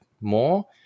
more